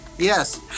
Yes